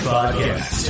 Podcast